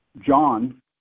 John